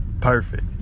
Perfect